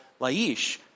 Laish